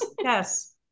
yes